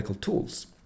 tools